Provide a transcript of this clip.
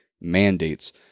mandates